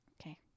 Okay